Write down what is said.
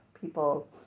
people